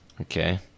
Okay